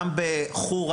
גם בחורה.